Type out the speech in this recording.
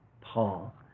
Paul